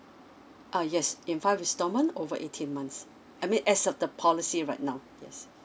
uh yes in five instalment over eighteen months I mean as of the policy right now yes